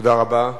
תודה רבה.